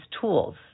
tools